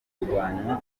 kurwanywa